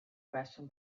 question